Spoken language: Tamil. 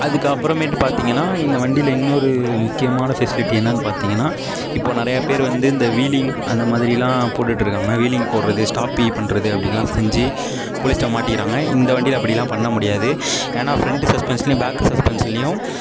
அதுக்கு அப்புறமேட்டு பார்த்திங்கனா இந்த வண்டியில் இன்னொரு முக்கியமான ஃபெசிலிட்டி என்னனு பார்த்திங்கனா இப்போ நிறையா பேர் வந்து இந்த வீலிங் அந்தமாதிரிலாம் போட்டுகிட்டு இருக்காங்க வீலிங் போடுவது ஸ்டாப்பி பண்ணுவது அப்படிலாம் செஞ்சு போலீஸ்கிட்ட மாட்டிக்கிறாங்க இந்த வண்டியில் அப்படிலாம் பண்ண முடியாது ஏன்னா ஃப்ரண்ட் சஸ்பென்ஷன்லேயும் பேக்கு சஸ்பென்ஷன்லேயும்